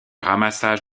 ramassage